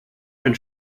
ein